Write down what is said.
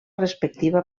respectiva